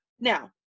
Now